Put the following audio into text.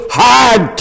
hard